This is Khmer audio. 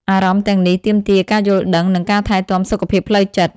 អារម្មណ៍ទាំងនេះទាមទារការយល់ដឹង និងការថែទាំសុខភាពផ្លូវចិត្ត។